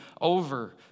over